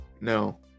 No